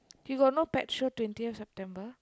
you got no pet show twentieth September